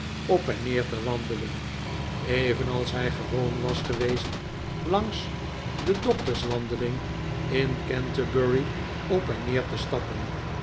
op en neer te wandelen evenals hij gewoon was geweest ian as de doctors wandeling in canterbury op en neer te stappen